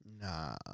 nah